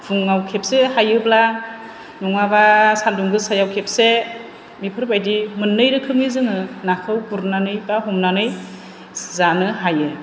फुङाव खेबसे हायोब्ला नङाबा सान्दुं गोसायाव खेबसे बेफोर बायदि मोन्नै रोखोमनि जोङो नाखौ गुरनानै बा हमनानै जानो हायो